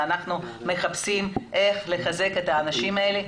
אנחנו מחפשים איך לחזק את האנשים האלה.